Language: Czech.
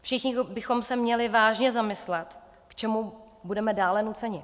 Všichni bychom se měli vážně zamyslet, k čemu budeme dále nuceni.